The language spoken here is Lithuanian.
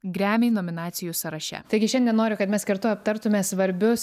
gremy nominacijų sąraše taigi šiandien noriu kad mes kartu aptartume svarbius